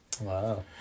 Wow